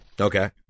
Okay